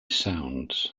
sounds